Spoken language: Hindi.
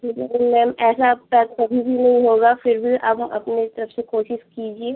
क्योंकि मैम ऐसा अब शायद कभी भी नहीं होगा फिर भी आप अपनी तरफ से कोशिश कीजिए